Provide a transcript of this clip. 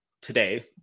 today